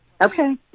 okay